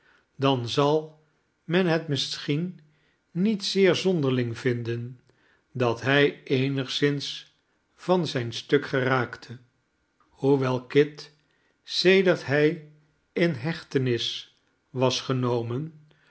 dan zal men het misschien niet zeer zonderling vinden dat hij eenigszins van zijn stuk geraakte hoewel kit sedert hij in hechtenis was genomen